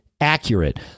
accurate